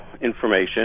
information